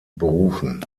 berufen